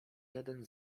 jeden